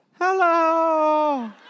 Hello